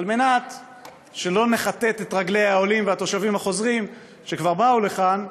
כדי שהעולים והתושבים החוזרים שכבר באו לכאן,